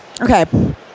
Okay